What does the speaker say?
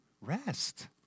rest